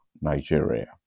Nigeria